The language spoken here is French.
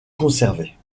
conservée